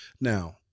Now